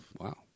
Wow